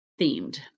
themed